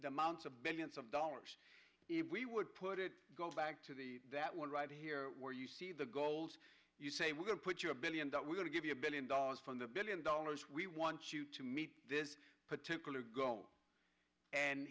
the amounts of billions of dollars we would put it go back to the that one right here where you see the goals you say we're going to put you a billion dollars we're going to give you a billion dollars from the billion dollars we want you to meet this particular go and